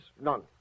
None